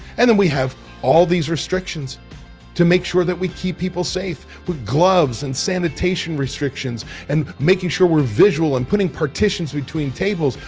and then we have all these restrictions to make sure that we keep people safe with gloves and sanitation restrictions and making sure we're visual and putting partitions between tables.